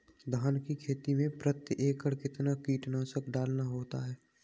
धान की खेती में प्रति एकड़ कितना कीटनाशक डालना होता है?